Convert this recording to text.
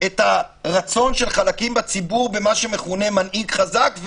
את הרצון של חלקים בציבור במה שמכונה מנהיג חזק,